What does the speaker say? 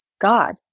God